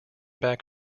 back